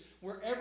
wherever